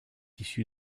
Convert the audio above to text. issu